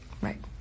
right